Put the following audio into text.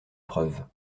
preuve